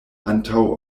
antaŭ